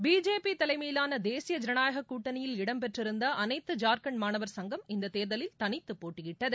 BJP தலைமையிலான தேசிய ஜனநாயக கூட்டணியில் இடம் பெற்றிருந்த அனைத்து ஜார்க்கண்ட் மாணவர் சங்கம் இந்தத் தேர்தலில் தனித்து போட்டியிட்டது